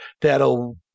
that'll